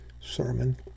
sermon